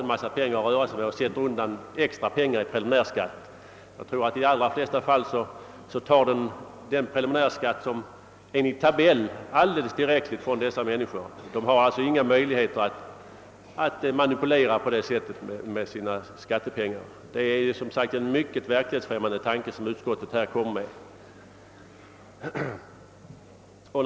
De har inte möjlighet att sätta undan extra pengar i preliminärskatt; i de allra flesta fall tas det säkerligen ut alldeles tillräckligt från dessa människor genom den preliminärskatt som dras enligt tabell. De har alltså inga möjligheter att på detta sätt manipulera med sina skattepengar, och det är som sagt en helt verklighetsfrämmande tanke som utskottet här för fram.